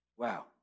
wow